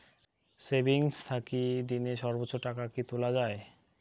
Savings থাকি দিনে সর্বোচ্চ টাকা কি তুলা য়ায়?